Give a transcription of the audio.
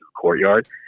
courtyard